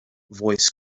voice